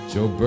Joe